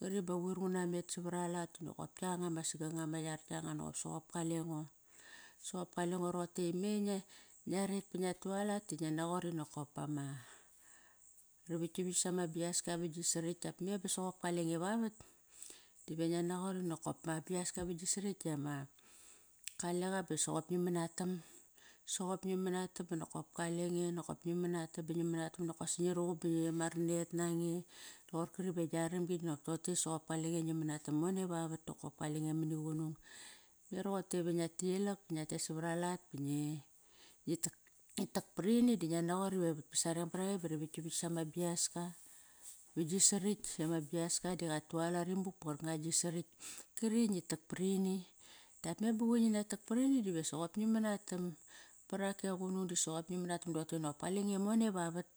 Qari ba quir nguna met savar alat, da nokop yanga ma saganga ma yar kianga qop sop kalengo. Soqop kalengo roqotei me ngia, ngia ret ba ngia tualat? di ngia naqot ri nakop pama ravaktavakt sama biaska va gi sarakt dap me ba soqop kalenge vavat, da ngia naqori ama biaska vat gi sarakt diama kaleqa ba soqop ngi manatam. Soqop ngi manatan baqop kalenge banokop ngi manatam, ba ngi manatam bonokosi ngi ruqum, ama ranet nange. Toqor kari gia ramgi dinokop toqote soqop kalenge ngi manatam mone vavat nokop kalenge mani qunung. Me roqote va ngia tilak ba ngia tet savar alat, ngi tak parini di ngia naqori va vas areng barange ba ravaktavat sama biaskava gi sarekt. Dama biaska di qatualat imuk par qarkango gi sarkt kari ngi tak par ini. Dap me ba quir ngina tak parini diva soqop ngi manatam. Parak ke qunung soqop ngi manatam doqote qop kalenge mone vavat.